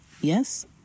Yes